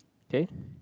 okay